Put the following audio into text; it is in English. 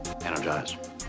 Energize